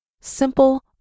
simple